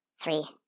three